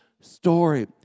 story